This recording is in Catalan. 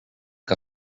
que